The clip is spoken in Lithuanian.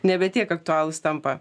nebe tiek aktualūs tampa